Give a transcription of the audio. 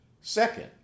Second